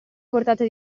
portata